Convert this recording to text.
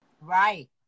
right